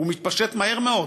והוא מתפשט מהר מאוד,